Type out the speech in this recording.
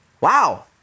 wow